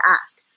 ask